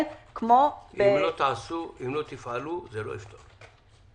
כמו --- אם לא תפעלו זה לא יפתור את זה.